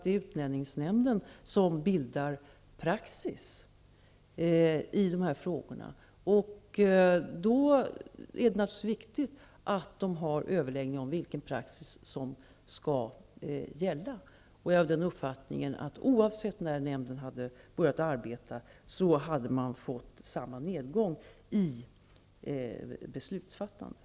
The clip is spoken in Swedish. Det är utlänningsnämden som bildar praxis i dessa frågor. Det är naturligtvis viktigt att det sker överläggningar om vilken praxis som skall gälla. Oavsett när nämnden hade börjat arbeta hade det blivit samma nedgång i beslutsfattandet.